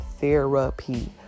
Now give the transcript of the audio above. therapy